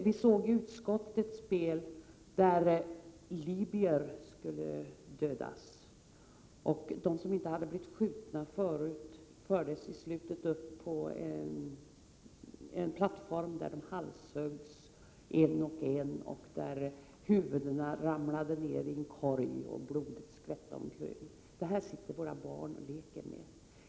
Vi såg i utskottet spel där libyer skulle dödas. De som inte hade blivit skjutna fördes till slut upp på en plattform där de halshöggs en och en och där huvudena ramlade ner i en korg och blodet skvätte omkring. Det här sitter våra barn och leker med.